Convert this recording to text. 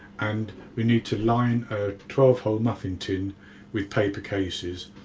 and we need to line ah twelve hole muffing tin with paper cases.